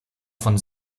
von